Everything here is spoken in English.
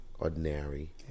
Ordinary